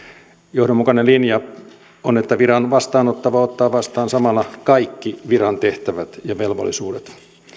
johdonmukainen linja on että viran vastaanottava ottaa vastaan samalla kaikki viran tehtävät ja velvollisuudet